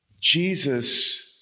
Jesus